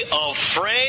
afraid